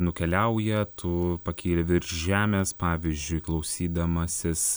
nukeliauja tu pakyli virš žemės pavyzdžiui klausydamasis